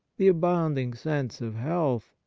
the abounding sense of health,